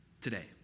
today